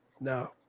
No